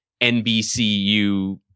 NBCU